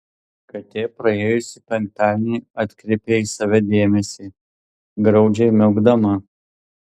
katė praėjusį penktadienį atkreipė į save dėmesį graudžiai miaukdama